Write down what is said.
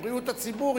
כבריאות הציבור,